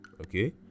okay